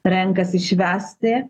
renkasi švęsti